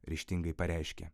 ryžtingai pareiškė